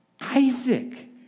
Isaac